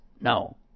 no